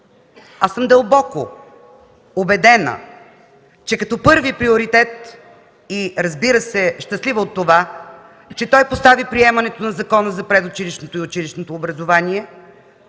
съм убедена, че като първи приоритет – разбира се, съм щастлива от това, той постави приемането на Закона за предучилищното и училищното образование,